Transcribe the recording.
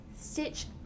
Stitch